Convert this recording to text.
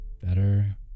better